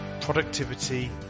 productivity